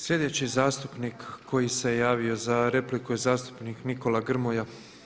Slijedeći zastupnik koji se javio za repliku je zastupnik Nikola Grmoja.